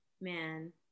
man